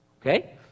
okay